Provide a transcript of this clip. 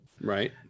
right